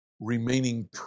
remaining